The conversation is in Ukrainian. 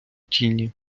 тіні